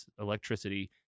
electricity